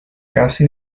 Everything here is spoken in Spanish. casi